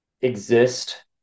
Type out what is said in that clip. exist